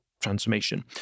transformation